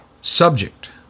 Subject